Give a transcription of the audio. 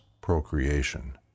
procreation